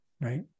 right